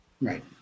Right